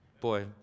Boy